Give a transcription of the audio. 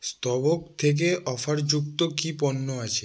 স্তবক থেকে অফার যুক্ত কী পণ্য আছে